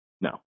no